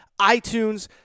iTunes